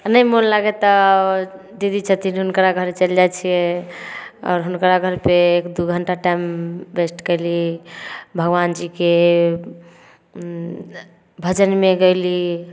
नहि मोन लागै तऽ दीदी छथिन हुनकरा घरे चलि जाइ छिए आओर हुनकरा घरपर एक दुइ घण्टा टाइम व्यस्त कएली भगवानजीके भजनमे गेली